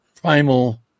primal